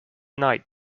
night